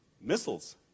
missiles